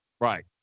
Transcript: Right